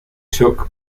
took